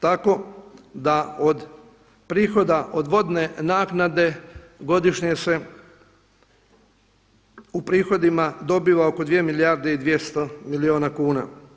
Tako da od prihoda od vodne naknade godišnje se u prihodima dobiva oko 2 milijarde i 200 milijuna kuna.